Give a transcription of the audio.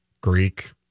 Greek